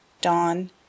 Dawn